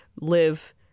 live